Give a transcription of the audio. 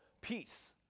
peace